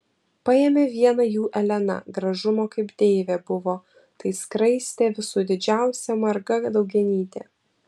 paėmė vieną jų elena gražumo kaip deivė buvo tai skraistė visų didžiausia marga daugianytė